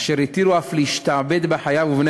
אשר התירו אף להשתעבד בחייב ובבני